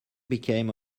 became